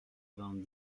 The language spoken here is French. vingt